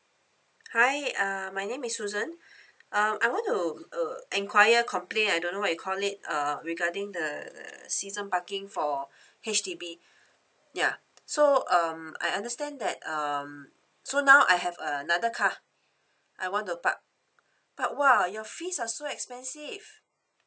hi uh my name is susan um I want to uh enquire complaint I don't know what you call it uh regarding the season parking for H_D_B ya so um I understand that um so now I have uh another car I want to park but !wah! your fees are so expensive